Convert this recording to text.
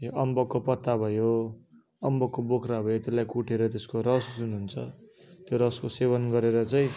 यो अम्बकको पत्ता भयो अम्बकको बोक्रा भयो त्यसलाई कुटेर त्यसको रस जुन हुन्छ त्यो रसको सेवन गरेर चाहिँ